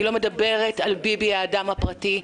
אני לא מדברת על ביבי האדם הפרטי,